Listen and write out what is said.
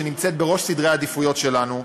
שנמצאת בראש סדרי העדיפויות שלנו,